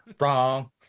Wrong